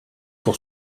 pour